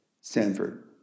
Sanford